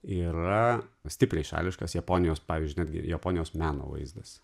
yra stipriai šališkas japonijos pavyzdžiui netgi ir japonijos meno vaizdas